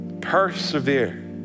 Persevere